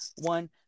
one